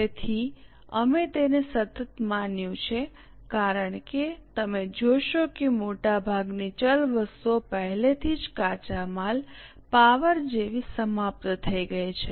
તેથી અમે તેને સતત માન્યું છે કારણ કે તમે જોશો કે મોટાભાગની ચલ વસ્તુઓ પહેલેથી જ કાચા માલ પાવર જેવી સમાપ્ત થઈ ગઈ છે